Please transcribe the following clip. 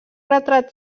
retrat